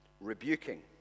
Rebuking